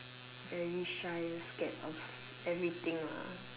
very shy and scared of everything ah